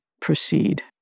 proceed